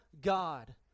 God